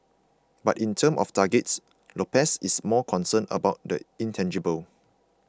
but in terms of targets Lopez is more concerned about the intangible